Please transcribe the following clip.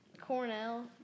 Cornell